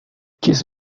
kiss